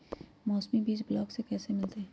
मौसमी बीज ब्लॉक से कैसे मिलताई?